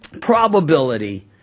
probability